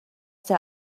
der